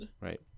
Right